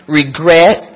regret